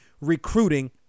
recruiting